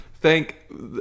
thank